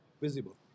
visible